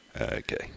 Okay